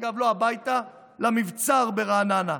אגב, לא הביתה, למבצר ברעננה.